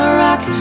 rock